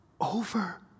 over